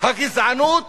הגזענות